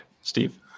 Steve